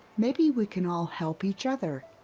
maybe we can all help each other.